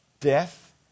Death